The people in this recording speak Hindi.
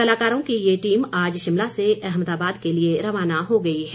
कलाकारों की ये टीम आज शिमला से अहमदाबाद के लिए रवाना हो गई है